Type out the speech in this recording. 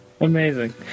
Amazing